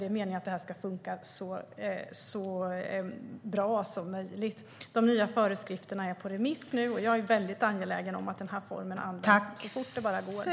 Det är meningen att detta ska funka så bra som möjligt. De nya föreskrifterna är på remiss, och jag är angelägen om att den här formen används så fort det bara går.